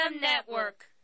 Network